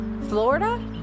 Florida